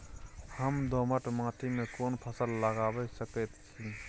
हम दोमट माटी में कोन फसल लगाबै सकेत छी?